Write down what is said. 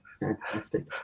Fantastic